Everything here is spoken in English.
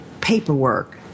paperwork